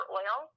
oil